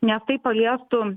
nes tai paliestų